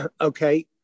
Okay